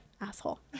asshole